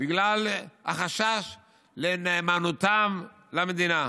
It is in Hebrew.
בגלל החשש לנאמנותם למדינה.